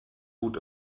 gut